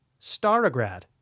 Starograd